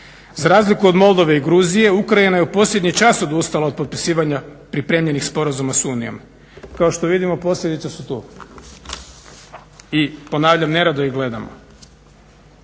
Za razliku od Moldove i Gruzije Ukrajina je u posljednji čas odustala od potpisivanja pripremljenih sporazuma s Unijom. Kao što vidimo posljedice su tu. I ponavljam, nerado ih gledamo.